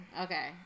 Okay